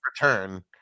return